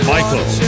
Michael